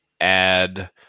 add